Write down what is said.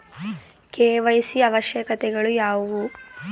KYC ಅವಶ್ಯಕತೆಗಳು ಯಾವುವು?